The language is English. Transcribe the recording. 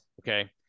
Okay